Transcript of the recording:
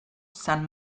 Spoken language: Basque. san